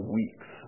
weeks